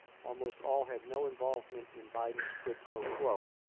almost all had no involvement in biden's quid pro quo,